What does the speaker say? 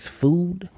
food